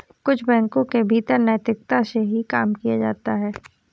कुछ बैंकों के भीतर नैतिकता से ही काम किया जाता है